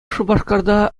шупашкарта